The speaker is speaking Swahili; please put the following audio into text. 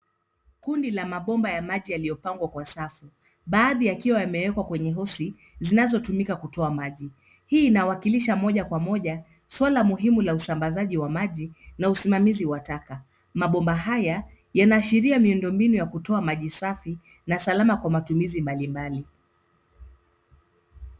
Kundi ya mabomba ya maji yaliyopangwa kwa safu. Baadhi yakiwa yamewekwa kwenye hosi zinzotumika kutoa maji. Hii inawakilisha moja kwa moja swala muhimu la usambazaji wa maji na usimamizi wa taka. Mabomba haya yanaashiria miundo mbinu ya kutoa maji safi na salama kwa matumizi mbali mbali.